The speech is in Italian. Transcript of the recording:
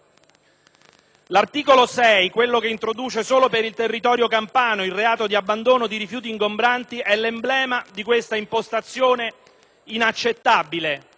L'articolo 6, quello che introduce solo per il territorio campano il reato di abbandono di rifiuti ingombranti, è l'emblema di questa impostazione inaccettabile.